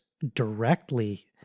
directly